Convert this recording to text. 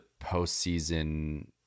postseason